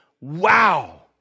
wow